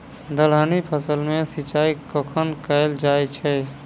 दलहनी फसल मे सिंचाई कखन कैल जाय छै?